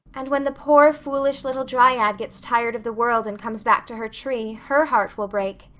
and when the poor, foolish little dryad gets tired of the world and comes back to her tree her heart will break,